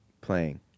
playing